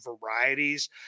varieties